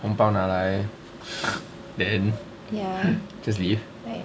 红包拿来 then just leave